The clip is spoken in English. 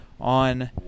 on